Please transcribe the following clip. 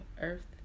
Earth